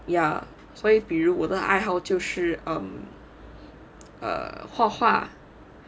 ya 会比如我的爱好就是 err err 画画